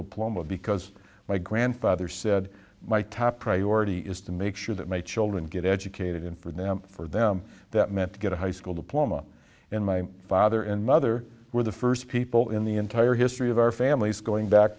diploma because my grandfather said my top priority is to make sure that my children get educated and for them for them that meant to get a high school diploma and my father and mother were the first people in the entire history of our families going back